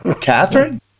Catherine